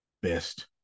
best